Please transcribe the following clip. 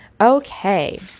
Okay